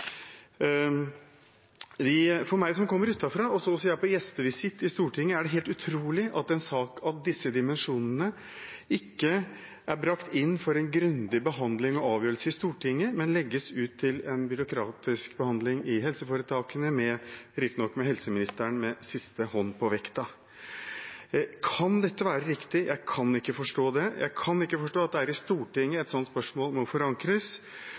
Ullevål. For meg som kommer utenfra og så å si er på gjestevisitt i Stortinget, er det helt utrolig at en sak av disse dimensjonene ikke er brakt inn for en grundig behandling og avgjørelse i Stortinget, men legges ut til en byråkratisk behandling i helseforetakene, riktignok med helseministeren med siste hånd på vekta. Kan dette være riktig? Jeg kan ikke forstå det. Jeg kan ikke forstå at det ikke er i Stortinget et slikt spørsmål må forankres.